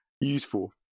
useful